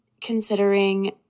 considering